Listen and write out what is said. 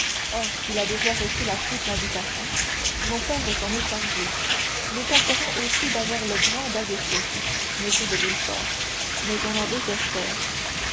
il a déjà reçu la triple invitation mon père s'en est chargé nous tâcherons aussi d'avoir le grand d'aguesseau m de villefort mais on en désespère